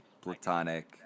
platonic